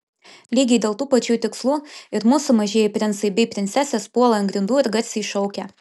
lygiai dėl tų pačių tikslų ir mūsų mažieji princai bei princesės puola ant grindų ir garsiai šaukia